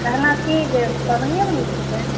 कहलहुॅं कि जे पाबनि उबनी छिकै